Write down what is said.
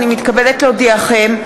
הנני מתכבדת להודיעכם,